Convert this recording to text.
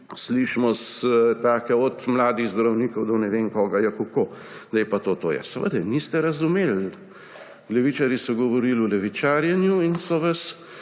slišimo od mladih zdravnikov do ne vem koga: »Ja, kako? Zdaj je pa to to.« Ja, seveda, niste razumeli. Levičarji so govorili v levičarjenju in so vas,